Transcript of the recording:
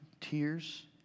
tears